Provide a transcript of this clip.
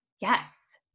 yes